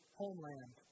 homeland